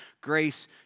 Grace